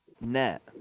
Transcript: net